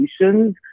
solutions